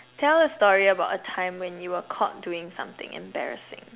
tell a story about a time when you were caught doing something embarrassing